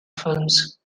films